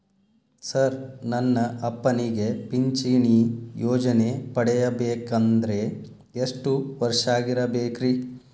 Sir ನನ್ನ ಅಪ್ಪನಿಗೆ ಪಿಂಚಿಣಿ ಯೋಜನೆ ಪಡೆಯಬೇಕಂದ್ರೆ ಎಷ್ಟು ವರ್ಷಾಗಿರಬೇಕ್ರಿ?